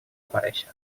aparèixer